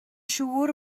siŵr